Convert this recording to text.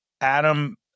Adam